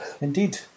Indeed